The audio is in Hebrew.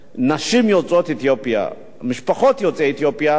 נשים יוצאות אתיופיה, משפחות יוצאות אתיופיה,